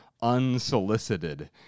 unsolicited